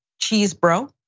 Cheesebro